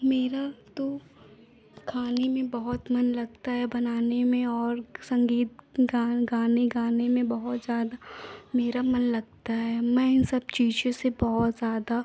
मेरा तो खाने में बहुत मन लगता है बनाने में और संगीत गान गाने गाने में बहुत ज़्यादा मेरा मन लगता है मैं इन सब चीज़ों से बहुत ज़्यादा